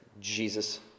Jesus